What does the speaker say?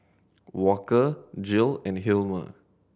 Walker Jill and Hilmer